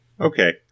Okay